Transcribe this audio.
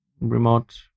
remote